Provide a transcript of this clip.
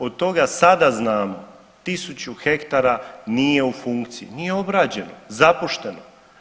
Od toga sada znamo 1.000 hektara nije u funkciji, nije obrađeno, zapušteno.